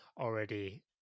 already